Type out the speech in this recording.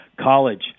college